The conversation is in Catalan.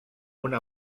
una